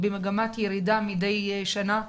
מפקד התחנה בכרמל,